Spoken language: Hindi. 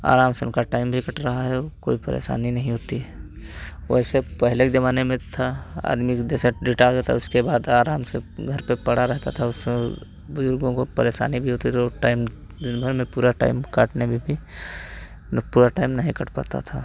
आराम से उनका टाइम भी कट रहा है और कोई परेशानी नहीं होती है वैसे पहले के ज़माने में तो था आदमी के जैसा रिटायर हो जाता उसके बाद आराम से घर पे पड़ा रहता था उस समय बुज़ुर्गों को परेशानी भी होती थी और टाइम दिन भर में पूरा टाइम काटने में भी ना पूरा टाइम नहीं कट पाता था